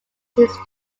his